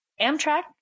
Amtrak